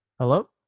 hello